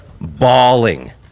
bawling